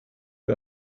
wie